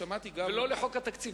וגם לא לחוק התקציב.